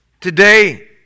Today